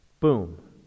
Boom